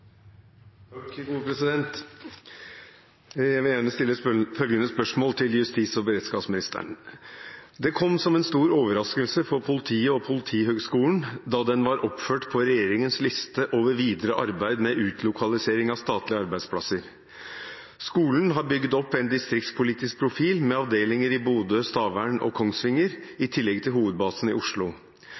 kom som en stor overraskelse for politiet og Politihøgskolen da den var oppført på regjeringens liste over videre arbeid med utlokalisering av statlige arbeidsplasser. Skolen har bygd opp en distriktspolitisk profil med avdelinger i Bodø, Stavern og Kongsvinger, i tillegg til hovedbasen i Oslo.